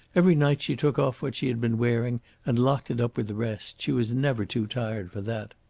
every night she took off what she had been wearing and locked it up with the rest. she was never too tired for that.